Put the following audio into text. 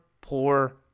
poor